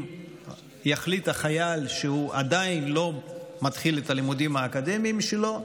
אם יחליט החייל שהוא עדיין לא מתחיל את הלימודים האקדמיים שלו,